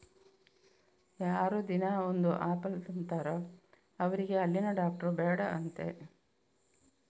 ಯಾರು ದಿನಾ ಒಂದು ಆಪಲ್ ತಿಂತಾರೋ ಅವ್ರಿಗೆ ಹಲ್ಲಿನ ಡಾಕ್ಟ್ರು ಬೇಡ ಅಂತೆ